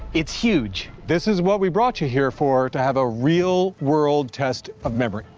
it's huge. this is what we brought you here for to have a real world test of memory,